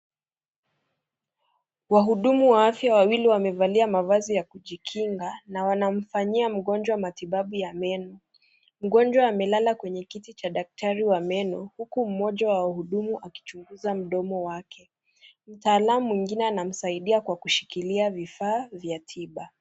Wahudumu wa afya wawili wamevalia mavazi ya kujikinga na wanamfanyia mgonjwa matibabau ya meno . Mgonjwa amelala kwenye kiti cha daktari cha meno huku mmoja wa wahudumu akichunguza mdomo wake , mtaalamu mwingine anasaidia kwa kushikilia vifaa vya tiba.